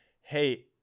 hey